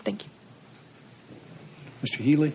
thank you